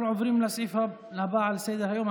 אנחנו עוברים לסעיף הבא על סדר-היום,